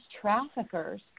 traffickers